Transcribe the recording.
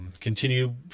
Continue